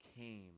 came